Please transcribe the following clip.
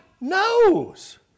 knows